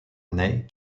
ney